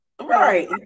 Right